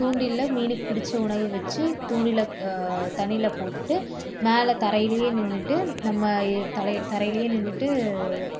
தூண்டிலில் மீனுக்கு பிடிச்ச உணவு வச்சு தூண்டிலில் தண்ணில போட்டுவிட்டு மேலே தரையிலையே நின்றுட்டு நம்ம தர தரையிலையே நின்றுட்டு